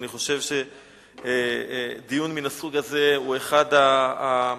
אני חושב שדיון מן הסוג הזה הוא אחת הדוגמאות